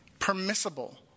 permissible